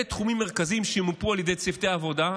אלה תחומים מרכזיים שמופו על ידי צוותי העבודה.